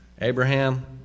Abraham